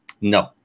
No